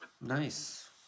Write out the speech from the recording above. Nice